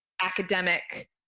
academic